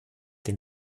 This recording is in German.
den